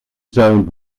zoned